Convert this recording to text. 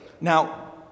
Now